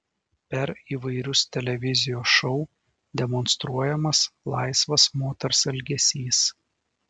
per įvairius televizijos šou demonstruojamas laisvas moters elgesys